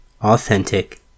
authentic